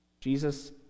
Jesus